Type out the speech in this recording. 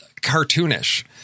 cartoonish